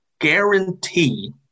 guarantee